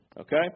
Okay